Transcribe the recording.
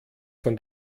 von